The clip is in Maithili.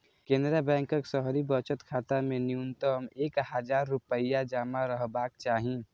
केनरा बैंकक शहरी बचत खाता मे न्यूनतम एक हजार रुपैया जमा रहबाक चाही